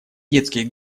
детские